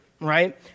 right